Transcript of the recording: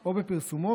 או בפרסומו,